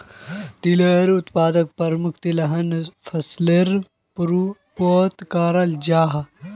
तिलेर उत्पादन प्रमुख तिलहन फसलेर रूपोत कराल जाहा